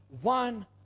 one